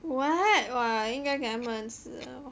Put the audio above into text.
what !wah! 应该给他们吃了